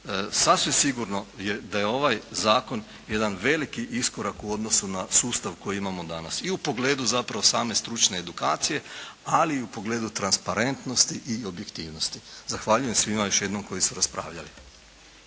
Sasvim sigurno je da je ovaj zakon jedan veliki iskorak u odnosu na sustav koji imamo danas. I u pogledu zapravo same stručne edukacije, ali i u pogledu transparentnosti i objektivnosti. Zahvaljujem svima još jednom koji su raspravljali.